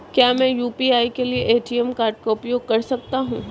क्या मैं यू.पी.आई के लिए ए.टी.एम कार्ड का उपयोग कर सकता हूँ?